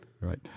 Right